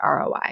ROI